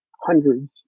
hundreds